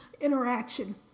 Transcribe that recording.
interaction